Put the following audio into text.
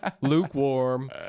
lukewarm